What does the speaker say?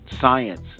science